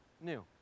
new